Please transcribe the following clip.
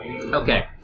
Okay